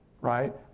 right